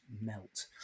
melt